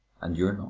and you're